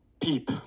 peep